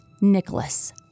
Nicholas